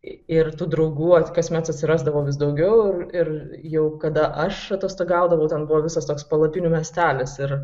ir tų draugų kasmet atsirasdavo vis daugiau ir jau kada aš atostogaudavau ten buvo visas toks palapinių miestelis ir